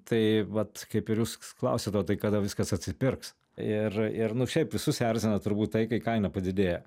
tai vat kaip ir jūs klausiat o tai kada viskas atsipirks ir ir nu šiaip visus erzina turbūt tai kai kaina padidėja